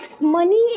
money